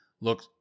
look